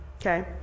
Okay